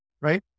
right